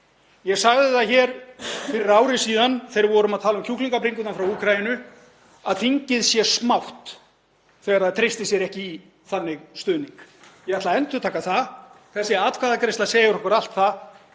Ég sagði það hér fyrir ári síðan þegar við vorum að tala um kjúklingabringurnar frá Úkraínu að þingið væri smátt þegar það treysti sér ekki í þannig stuðning. Ég ætla að endurtaka það: Þessi atkvæðagreiðsla segir okkur allt um